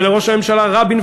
ולראש הממשלה רבין,